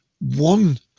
one